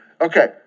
okay